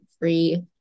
free